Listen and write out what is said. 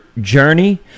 journey